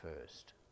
first